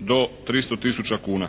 do 300 tisuća kuna.